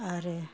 आरो